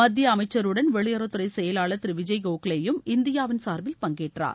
மத்திய அமைச்சருடன் வெளியுறவுத்துறை செயலாளர் திரு விஜய் கோகலேயும் இந்தியாவின் சார்பில் பங்கேற்றார்